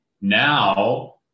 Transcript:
now